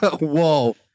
Whoa